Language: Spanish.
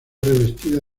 revestida